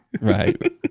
Right